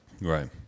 right